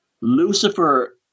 Lucifer